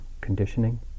conditioning